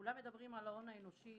כולם מדברים על ההון האנושי